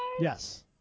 Yes